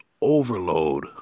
overload